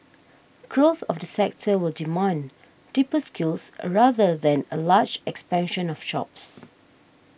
growth of the sector will demand deeper skills rather than a large expansion of jobs